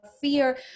fear